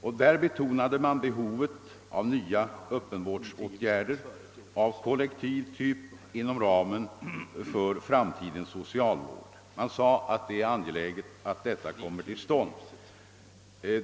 Man betonade där behovet av nya Öppenvårdsåtgärder av kollektiv typ inom ramen för framtidens socialvård, och man betonade angelägenheten av att sådana åtgärder vidtages.